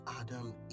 adam